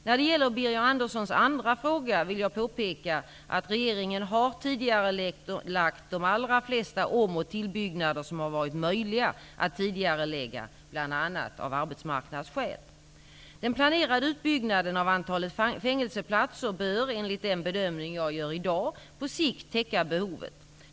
När det gäller Birger Anderssons andra fråga vill jag påpeka att regeringen har tidigarelagt de allra flesta om och tillbyggnader som har varit möjliga att tidigarelägga, bl.a. av arbetsmarknadsskäl. Den planerade utbyggnaden av antalet fängelseplatser bör, enligt den bedömning jag gör i dag, på sikt täcka behovet.